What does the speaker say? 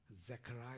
Zechariah